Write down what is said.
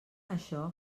això